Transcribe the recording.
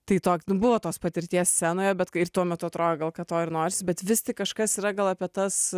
tai tok nu buvo tos patirties scenoje bet kai ir tuo metu atrodė gal kad to ir norisi bet vis kažkas yra gal apie tas